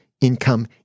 income